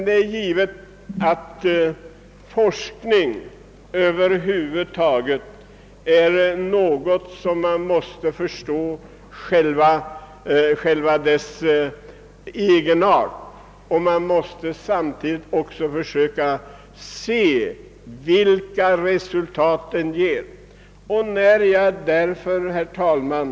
Det är givet att man beträffande forskning över huvud taget måste förstå själva dess egenart, men man måste också försöka tillvarata de resultat den ger. Herr talman!